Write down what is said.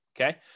okay